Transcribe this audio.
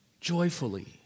joyfully